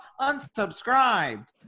Unsubscribed